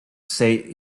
say